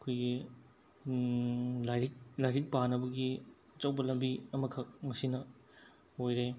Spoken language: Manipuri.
ꯑꯩꯈꯣꯏꯒꯤ ꯂꯥꯏꯔꯤꯛ ꯂꯥꯏꯔꯤꯛ ꯄꯥꯅꯕꯒꯤ ꯑꯆꯧꯕ ꯂꯝꯕꯤ ꯑꯃꯈꯛ ꯃꯁꯤꯅ ꯑꯣꯏꯔꯦ